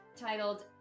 titled